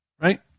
right